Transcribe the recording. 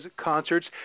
concerts